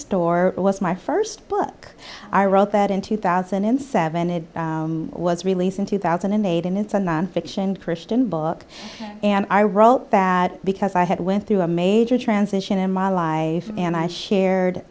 restore it was my first book i wrote that in two thousand and seven it was released in two thousand and eight and it's a nonfiction christian book and i wrote bad because i had went through a major transition in my life and i shared